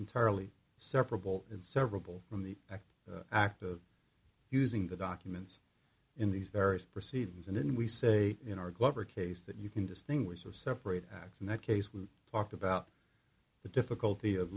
entirely separable in several from the act of using the documents in these various proceedings and then we say in our glover case that you can distinguish of separate acts in that case we talked about the difficulty of